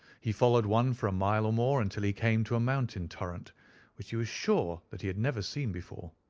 he followed one for a mile or more until he came to a mountain torrent which he was sure that he had never seen before.